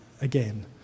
again